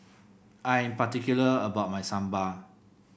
I am particular about my Sambar